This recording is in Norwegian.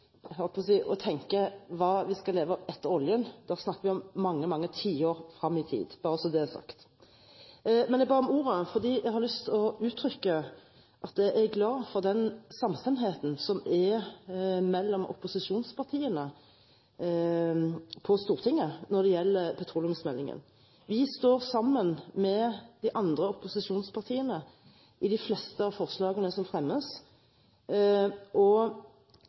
jeg holdt på å si, å tenke på hva vi skal leve av etter oljen, da snakker vi om mange, mange tiår fram i tid, bare så det er sagt. Men jeg ba om ordet fordi jeg har lyst til å uttrykke at jeg er glad for den samstemmigheten som er mellom opposisjonspartiene på Stortinget når det gjelder petroleumsmeldingen. Vi står sammen med de andre opposisjonspartiene i de fleste av forslagene som fremmes.